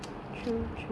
so